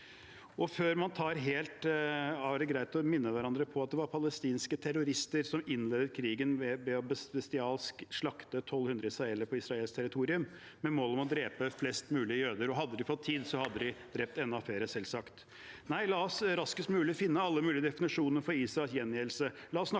dokumentasjonen. Det er greit å minne hverandre om at det var palestinske terrorister som innledet krigen ved bestialsk å slakte 1 200 israelere på israelsk territorium med mål om å drepe flest mulig jøder. Hadde de fått tid, hadde de drept enda flere, selvsagt. Nei, la oss raskest mulig finne alle mulige definisjoner for Israels gjengjeldelse.